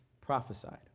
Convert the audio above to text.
prophesied